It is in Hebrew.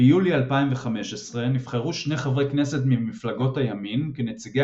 ביולי 2015 נבחרו שני חברי כנסת ממפלגות הימין כנציגי